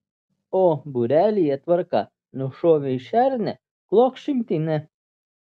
o būrelyje tvarka nušovei šernę klok šimtinę